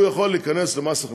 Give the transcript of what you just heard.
הוא יכול להיכנס לעבוד במס הכנסה,